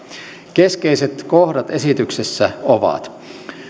keskeiset kohdat esityksessä ovat